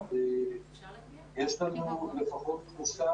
ואני לא לגמרי יודע איך נצליח לעשות את זה.